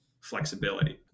flexibility